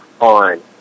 on